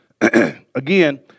Again